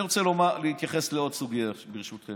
אני רוצה להתייחס לעוד סוגיה, ברשותכם.